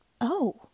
Oh